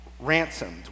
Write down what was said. Ransomed